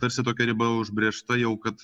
tarsi tokia riba užbrėžta jau kad